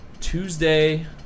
Tuesday